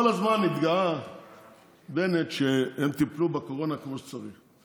כל הזמן בנט התגאה שהם טיפלו בקורונה כמו שצריך.